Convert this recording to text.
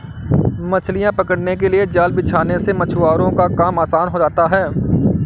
मछलियां पकड़ने के लिए जाल बिछाने से मछुआरों का काम आसान हो जाता है